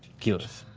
keyleth,